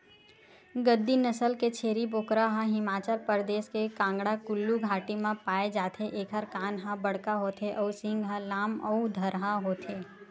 गद्दी नसल के छेरी बोकरा ह हिमाचल परदेस के कांगडा कुल्लू घाटी म पाए जाथे एखर कान ह बड़का होथे अउ सींग ह लाम अउ धरहा होथे